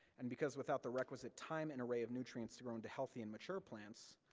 and because without the requisite time and array of nutrients to grow into healthy and mature plants,